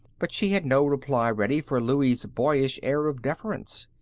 but she had no reply ready for louie's boyish air of deference.